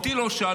אותי לא שאלו,